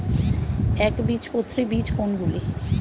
একবীজপত্রী বীজ কোন গুলি?